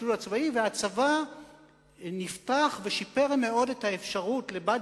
במסלול הצבאי והצבא נפתח ושיפר מאוד את האפשרות לבת